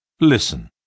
Listen